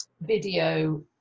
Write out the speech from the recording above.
video